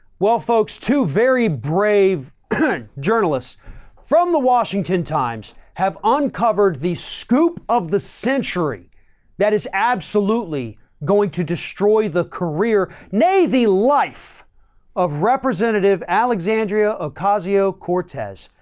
well folks, two very brave journalists from the washington times have uncovered the scoop of the century that is absolutely going to destroy the career, nay. the life of representative alexandria ocasio cortez,